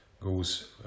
goes